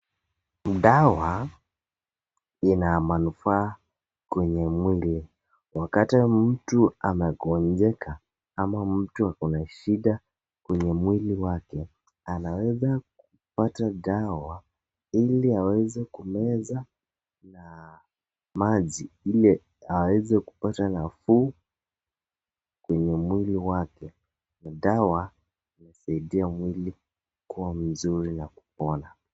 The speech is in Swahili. Dawa ina manufaa kwenye mwili. Wakati mtu amegonjeka ama mtu akona shida kwenye mwili wake, anaweza kupata dawa ili aweze kumeza na maji ili aweze kupata nafuu kwenye mwili wake. Dawa husaidia mwili kuwa mzuri na kupona.